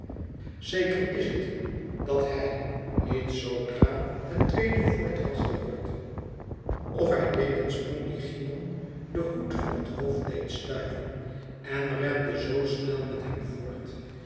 zeker is het dat hij niet zoodra het tweede vort had gehoord of hij deed een sprong die cymon den hoed van het hoofd deed stuiven en rende zoo snel met hem voort